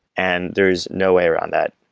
and there's no way around that.